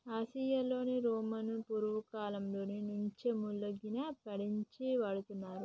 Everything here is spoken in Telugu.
ఆసియాలో రోమను పూర్వకాలంలో నుంచే ముల్లంగిని పండించి వాడుతున్నారు